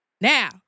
Now